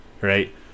right